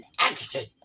Action